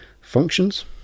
functions